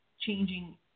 changing